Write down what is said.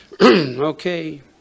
Okay